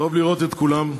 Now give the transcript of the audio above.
טוב לראות את כולם.